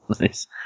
Nice